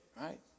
right